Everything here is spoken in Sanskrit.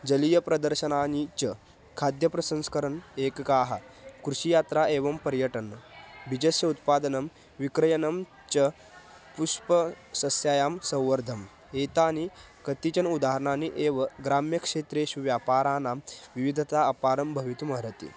जलीयप्रदर्शनानि च खाद्यप्रसंस्करान् एककाः कृषियात्रा एवं पर्यटनं बीजानाम् उत्पादनं विक्रयणं च पुष्पसस्यानां संवर्धम् एतानि कतिचन उदाहरणानि एव ग्राम्यक्षेत्रेषु व्यापाराणां विविधता अपरं भवितुमर्हति